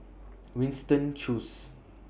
Winston Choos